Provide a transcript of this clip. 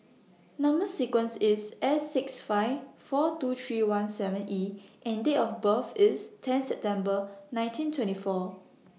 Number sequence IS S six five four two three one seven E and Date of birth IS ten September nineteen twenty four